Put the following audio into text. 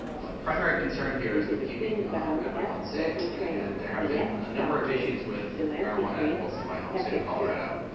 my primary concern here is to keeping everyone safe. and there have been a number of issues with marijuana edibles in my home state of colorado.